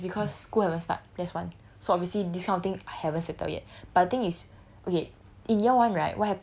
the thing is because school haven't start that's one so obviously this kind of thing I haven't settle yet but the thing is okay